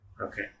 Okay